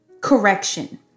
correction